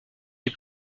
des